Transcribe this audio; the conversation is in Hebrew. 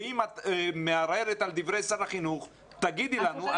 ואם את מערערת על דברי שר החינוך אז תגידי לנו,